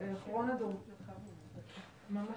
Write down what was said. יש